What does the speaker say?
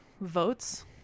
votes